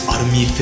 Army